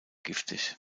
giftig